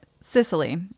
Sicily